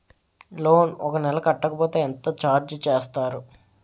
Loan ఒక నెల కట్టకపోతే ఎంత ఛార్జ్ చేస్తారు?